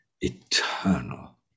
eternal